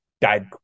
died